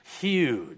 huge